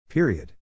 Period